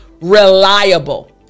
reliable